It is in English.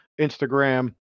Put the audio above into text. Instagram